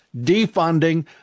defunding